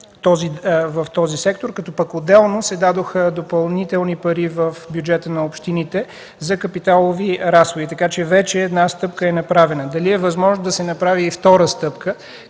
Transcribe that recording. в този сектор, като пък отделно се дадоха допълнителни пари в бюджета на общините за капиталови разходи. Така че вече е направена една стъпка. Дали е възможно да се направи и втора стъпка,